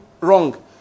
wrong